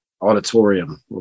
auditorium